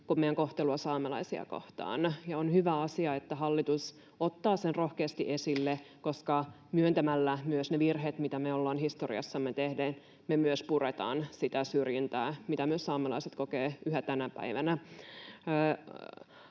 eli kohtelua saamelaisia kohtaan. On hyvä asia, että hallitus ottaa sen rohkeasti esille, koska myöntämällä myös ne virheet, mitä me olemme historiassamme tehneet, me puretaan myös sitä syrjintää, mitä saamelaiset kokevat yhä tänä päivänä.